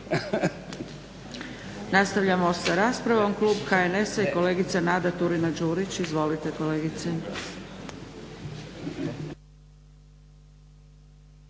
Nastavljamo sa raspravom. Klub HNS-a i kolegica Nada Turina-Đurić. Izvolite kolegice.